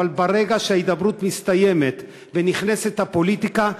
אבל ברגע שההידברות מסתיימת ונכנסת הפוליטיקה,